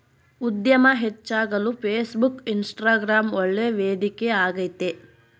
ಉದ್ಯಮ ಹೆಚ್ಚಾಗಲು Facebook, Instagram ಒಳ್ಳೆ ವೇದಿಕೆ ಆಗೈತೆ